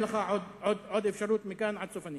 אני נותן לך עוד אפשרות מכאן עד סוף הנאום.